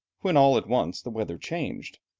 when all at once the weather changed,